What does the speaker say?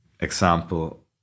Example